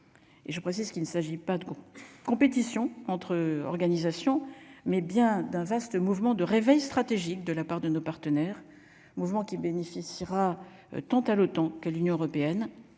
et je précise qu'il ne s'agit pas de compétition entre organisations mais bien d'un vaste mouvement de réveil stratégique de la part de nos partenaires, mouvement qui bénéficiera total, autant que l'Union européenne